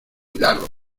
milagro